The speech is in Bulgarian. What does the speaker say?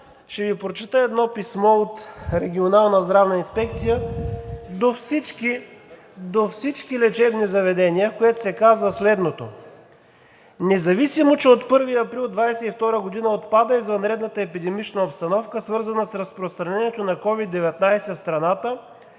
регионална здравна инспекция до всички лечебни заведения, в което се казва следното: „Независимо че от 1 април 2022 г. отпада извънредната епидемична обстановка, свързана с разпространението на COVID-19 в страната,